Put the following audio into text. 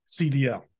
CDL